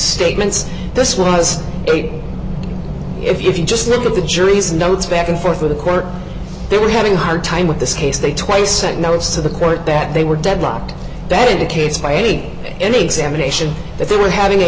statements this was a big if you just look at the jury's notes back and forth with a court they were having hard time with this case they twice sent notes to the court that they were deadlocked that indicates by any any examination that they were having a